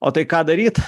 o tai ką daryt